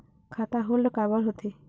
खाता होल्ड काबर होथे?